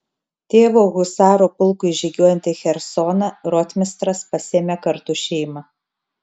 tėvo husarų pulkui žygiuojant į chersoną rotmistras pasiėmė kartu šeimą